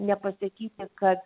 nepasakyti kad